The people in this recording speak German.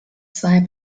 zwei